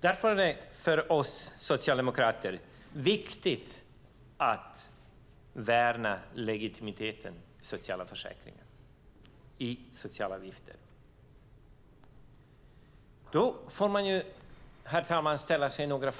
Därför är det för oss socialdemokrater viktigt att värna legitimiteten i sociala försäkringar och sociala avgifter. Då får man, herr talman, ställa sig några